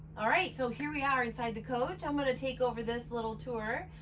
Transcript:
all right. so here we are inside the coach, i'm going to take over this little tour,